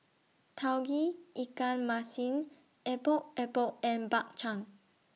Tauge Ikan Masin Epok Epok and Bak Chang